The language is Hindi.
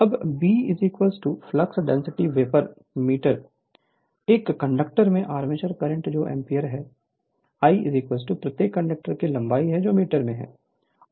Refer Slide Time 0457 अब B flux density weber metre 2 एक कंडक्टर में आर्मेचर करंट जो एम्पीयर है l प्रत्येक कंडक्टर की लंबाई है जो मीटर है